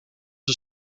een